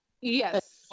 Yes